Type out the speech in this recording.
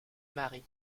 mary